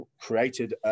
created